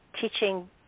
teaching